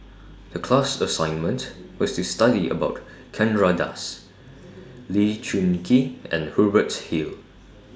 The class assignment was to study about Chandra Das Lee Choon Kee and Hubert Hill